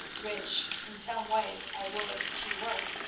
which in some ways i would he were.